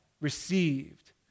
received